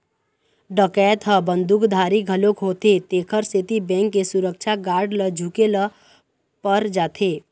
डकैत ह बंदूकधारी घलोक होथे तेखर सेती बेंक के सुरक्छा गार्ड ल झूके ल पर जाथे